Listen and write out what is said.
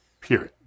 Period